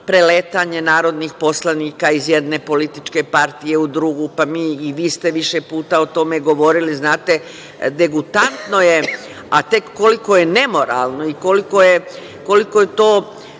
preletanje narodnih poslanika iz jedne političke partije u drugu, pa mi, i vi ste više puta o tome govorili, znate, degutantno je, a tek koliko je nemoralno i koliko je to